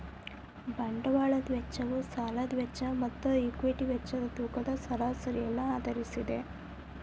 ಬಂಡವಾಳದ ವೆಚ್ಚವು ಸಾಲದ ವೆಚ್ಚ ಮತ್ತು ಈಕ್ವಿಟಿಯ ವೆಚ್ಚದ ತೂಕದ ಸರಾಸರಿಯನ್ನು ಆಧರಿಸಿದೆ